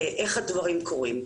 איך הדברים קורים.